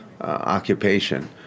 occupation